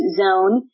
zone